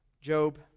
Job